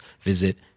visit